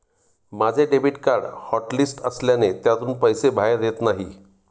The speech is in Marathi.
माझे डेबिट कार्ड हॉटलिस्ट असल्याने त्यातून पैसे बाहेर येत नाही